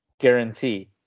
guarantee